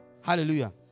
Hallelujah